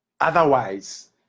Otherwise